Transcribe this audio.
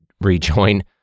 rejoin